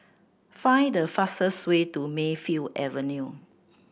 find the fastest way to Mayfield Avenue